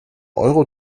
euro